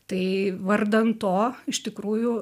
tai vardan to iš tikrųjų